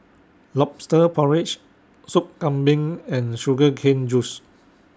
Lobster Porridge Soup Kambing and Sugar Cane Juice